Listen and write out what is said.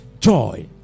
joy